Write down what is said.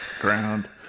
ground